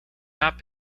not